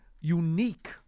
unique